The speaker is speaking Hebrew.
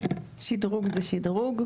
שדרוג זה שדרוג.